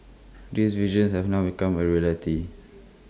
this vision have now become A reality